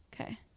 Okay